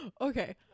okay